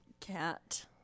cat